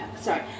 Sorry